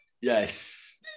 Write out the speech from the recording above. Yes